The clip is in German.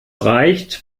reicht